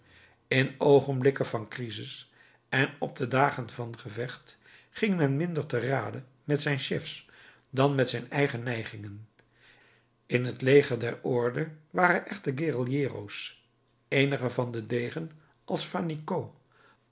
in oogenblikken van crisis en op de dagen van gevecht ging men minder te rade met zijn chefs dan met zijn eigen neigingen in het leger der orde waren echte guerillero's eenigen van den degen als fannicot